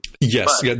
Yes